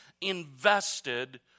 invested